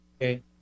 Okay